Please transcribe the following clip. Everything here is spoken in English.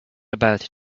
about